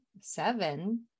Seven